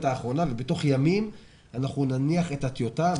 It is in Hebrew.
האחרונה ובתוך ימים אנחנו נניח את הטיוטה.